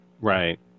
Right